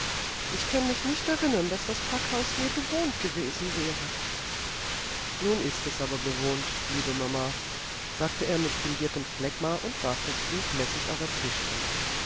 ich kann mich nicht erinnern daß das packhaus je bewohnt gewesen wäre nun ist es aber bewohnt liebe mama sagte er mit fingiertem phlegma und warf das buch lässig auf ein tischchen